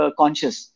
conscious